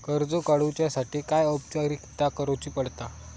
कर्ज काडुच्यासाठी काय औपचारिकता करुचा पडता?